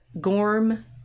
Gorm